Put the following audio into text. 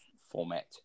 format